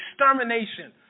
extermination